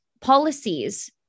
policies